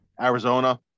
Arizona